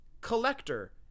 Collector